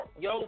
yo